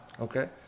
okay